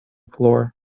floor